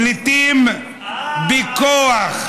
פליטים בכוח.